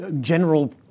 general